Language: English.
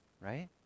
right